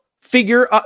figure